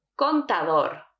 Contador